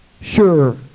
sure